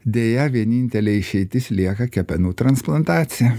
deja vienintelė išeitis lieka kepenų transplantacija